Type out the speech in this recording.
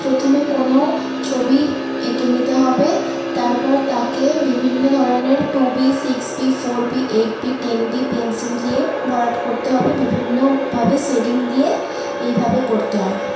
প্রথমে কোনো ছবি এঁকে নিতে হবে তারপর তাকে বিভিন্ন ধরনের two B six B four B eight B ten B pencil দিয়ে ভরাট করতে হবে বিভিন্নভাবে শেডিং দিয়ে এইভাবে করতে হয়